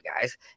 guys